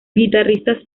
guitarristas